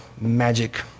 magic